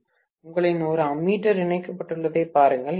பேராசிரியர் உங்களிடம் ஒரு அம்மீட்டர் இணைக்கப்பட்டுள்ளதைப் பாருங்கள்